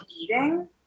eating